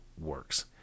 works